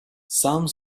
some